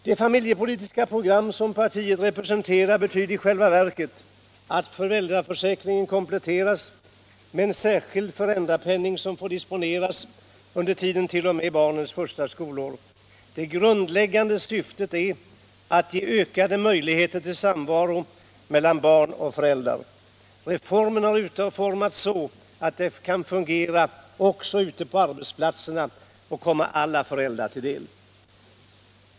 Det familjepolitiska program som socialdemokratin presenterar betyder i själva verket att föräldraförsäkringen kompletteras med en särskild föräldrapenning, som får disponeras under tiden t.o.m. barnets första skolår. Det grundläggande syftet är att ge ökade möjligheter till samvaro mellan barn och föräldrar. Reformen har utformats så att den kan fungera ute på arbetsplatserna och komma alla föräldrar till del.